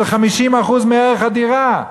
של 50% מערך הדירה,